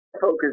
focus